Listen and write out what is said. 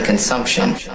consumption